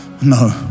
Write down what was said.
No